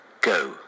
Go